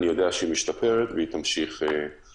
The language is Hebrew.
אני יודע שהיא משתפרת והיא תמשיך להשתפר.